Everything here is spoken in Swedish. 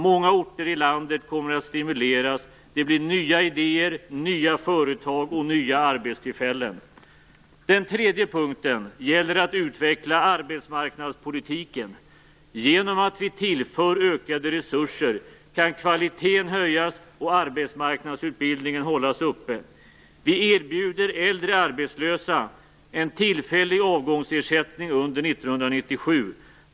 Många orter i landet kommer att stimuleras. Det blir nya idéer, nya företag och nya arbetstillfällen. Den tredje punkten gäller att utveckla arbetsmarknadspolitiken. Genom att vi tillför ökade resurser kan kvaliteten höjas och arbetsmarknadsutbildningen hållas uppe. Vi erbjuder äldre arbetslösa en tillfällig avgångsersättning under 1997.